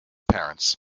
parents